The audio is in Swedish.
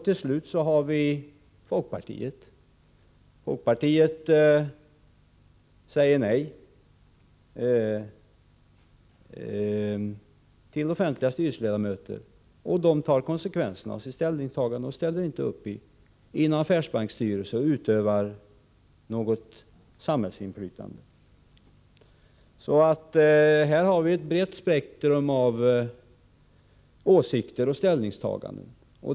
Till slut har vi folkpartiet som säger nej till offentliga styrelseledamöter och tar konsekvenserna av sitt ställningstagande och inte ställer upp i någon affärsbank för att utöva något samhällsinflytande. Här har vi alltså ett brett spektrum av åsikter och ställningstaganden.